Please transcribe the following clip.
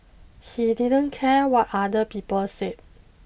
he didn't care what other people said